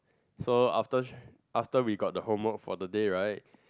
so after after we got the homework for the day right